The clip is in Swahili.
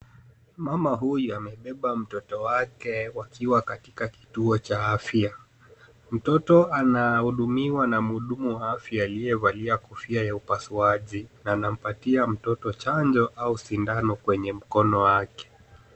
Mama huyu amebeba mtoto wake wakiwa katika kituo cha afya. Mtoto anahudumiwa na mhudumu wa afya aliyevalia kofia ya upasuaji, anampatia mtoto chanjo au sindano kwenye mkono wake.